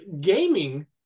gaming